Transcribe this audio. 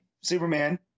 Superman